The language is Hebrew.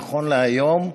נכון להיום,